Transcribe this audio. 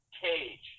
cage